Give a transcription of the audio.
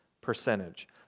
percentage